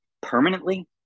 permanently